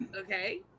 okay